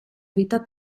vita